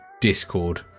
Discord